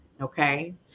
okay